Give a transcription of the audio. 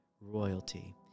royalty